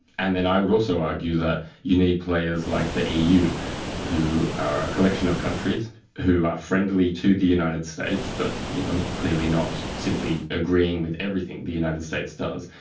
and then i would also argue that you need players like the eu who are a collection of countries who are friendly to the united states but you know clearly not simply agreeing with everything the united states does.